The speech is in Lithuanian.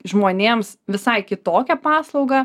žmonėms visai kitokią paslaugą